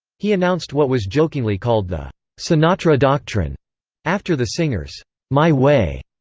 he announced what was jokingly called the sinatra doctrine after the singer's my way,